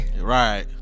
Right